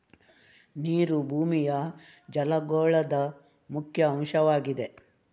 ನೀರು ಭೂಮಿಯ ಜಲಗೋಳದ ಮುಖ್ಯ ಅಂಶವಾಗಿದೆ